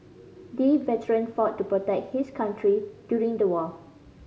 the veteran fought to protect his country during the war